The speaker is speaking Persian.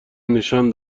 نشان